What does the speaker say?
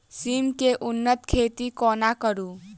सिम केँ उन्नत खेती कोना करू?